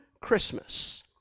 Christmas